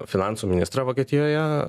finansų ministrą vokietijoje